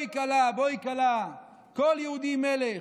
בואי כלה, בואי כלה, כל יהודי מלך.